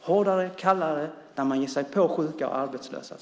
hårdare, kallare, där man ger sig på sjuka och arbetslösa.